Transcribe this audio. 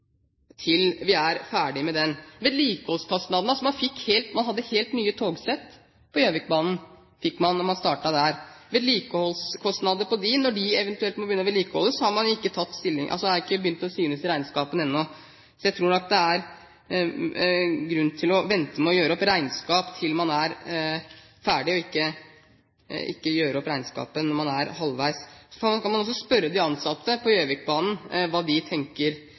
er vi bare halvveis i anbudsperioden. Jeg vil vente med å gjøre opp regnskap til vi er ferdige med den. Man hadde helt nye togsett på Gjøvikbanen da man startet der. Vedlikeholdskostnadene på disse, når de eventuelt begynner å måtte vedlikeholdes, er ikke begynt å synes i regnskapene ennå. Så jeg tror det er grunn til å vente med å gjøre opp regnskap til man er ferdig, og at man ikke gjør opp regnskapet når man er halvveis. Så kan man også spørre de ansatte på Gjøvikbanen hva de tenker